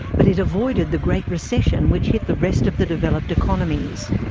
but it avoided the great recession which hit the rest of the developed economies.